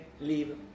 leave